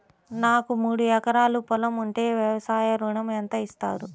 నాకు మూడు ఎకరాలు పొలం ఉంటే వ్యవసాయ ఋణం ఎంత ఇస్తారు?